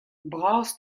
bras